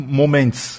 moments